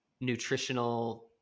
nutritional